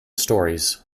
stories